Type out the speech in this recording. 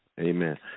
Amen